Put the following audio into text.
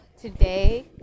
today